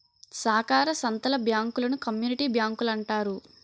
సాకార సంత్తల బ్యాంకులను కమ్యూనిటీ బ్యాంకులంటారు